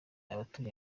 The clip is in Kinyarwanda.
abatuye